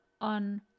on